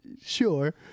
sure